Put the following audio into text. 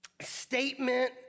statement